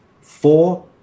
Four